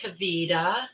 Kavita